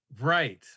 Right